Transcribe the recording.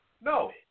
No